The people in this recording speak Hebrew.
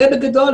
זה בגדול,